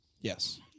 Yes